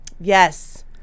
Yes